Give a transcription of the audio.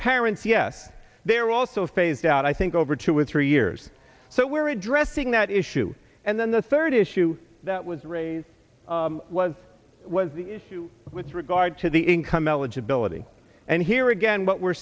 parents yet there were also phased out i think over two or three years so we're addressing that issue and then the third issue that was raised was was with regard to the income eligibility and here again what we're